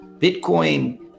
bitcoin